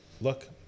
look